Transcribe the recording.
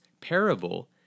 parable